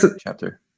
chapter